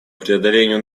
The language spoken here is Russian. преодолению